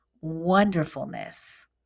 wonderfulness